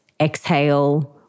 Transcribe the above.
exhale